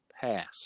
pass